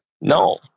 no